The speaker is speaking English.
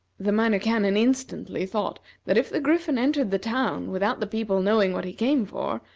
the minor canon instantly thought that if the griffin entered the town without the people knowing what he came for,